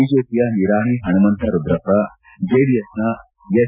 ಬಿಜೆಪಿಯ ನಿರಾಣಿ ಪಣಮಂತ ರುದ್ರಪ್ಪ ಜೆಡಿಎಸ್ನ ಎಸ್